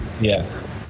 Yes